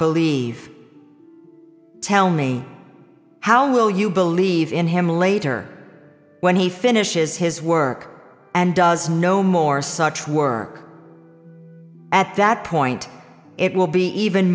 believe tell me how will you believe in him later when he finishes his work and does no more such work at that point it will be even